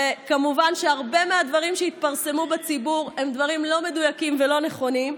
וכמובן שהרבה מהדברים שהתפרסמו בציבור הם דברים לא מדויקים ולא נכונים,